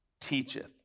teacheth